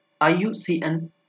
IUCN